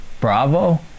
Bravo